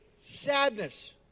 Sadness